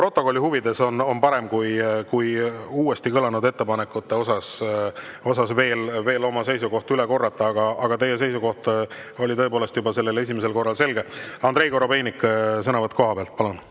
protokolli huvides on parem, kui uuesti kõlanud ettepanekute osas veel oma seisukoht üle korrata. Aga teie seisukoht oli tõepoolest juba sellel esimesel korral selge. Andrei Korobeinik, sõnavõtt kohapealt, palun!